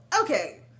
okay